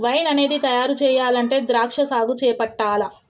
wine అనేది తయారు చెయ్యాలంటే ద్రాక్షా సాగు చేపట్టాల్ల